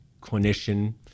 clinician